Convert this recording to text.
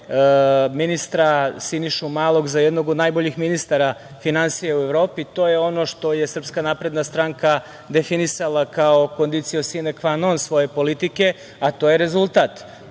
ministra Sinišu Malog za jednog od najboljih ministara finansija u Evropi. To je ono što je SNS definisala kao kondicio sine kvan non svoje politike, a to je rezultat,